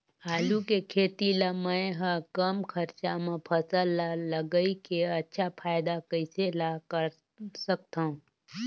आलू के खेती ला मै ह कम खरचा मा फसल ला लगई के अच्छा फायदा कइसे ला सकथव?